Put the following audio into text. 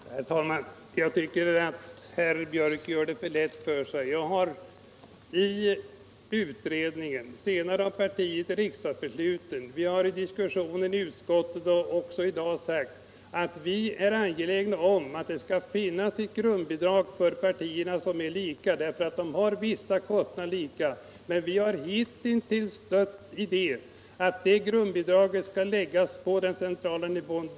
Herr talman! Jag tycker att herr Björck i Nässjö gör det för lätt för sig. Vi har i utredningen, vid riksdagsbesluten, i diskusionen i utskottet och även dag sagt att vi är angelägna om att det skall finnas ett grundbidrag för partierna som är lika därför att de har vissa kostnader som är lika. Men vi har hittills stött idén att det grundbidraget skall läggas på den centrala nivån.